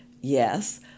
Yes